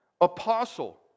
apostle